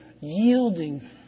yielding